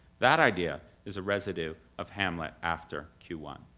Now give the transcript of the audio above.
that idea is a residue of hamlet after q one.